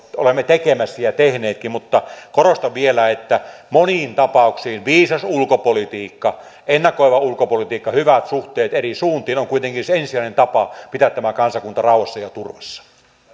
olemme tekemässä ja tehneetkin mutta korostan vielä että moniin tapauksiin viisas ulkopolitiikka ennakoiva ulkopolitiikka hyvät suhteet eri suuntiin ovat kuitenkin se ensisijainen tapa pitää tämä kansakunta rauhassa ja turvassa